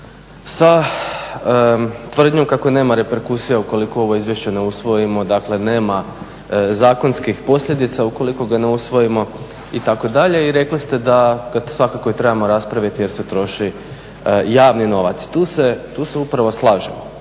sa tvrdnjom kako nema … ukoliko ovo izvješće ne usvojimo, dakle nema zakonskim posljedica ukoliko ga ne usvojimo, itd. i rekli ste da svakako trebamo raspraviti jer se troši javni novac. Tu se upravo slažemo,